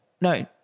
No